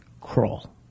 crawl